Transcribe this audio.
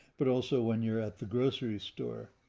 but also, when you're at the grocery store,